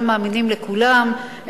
כולם מאמינים לכולם,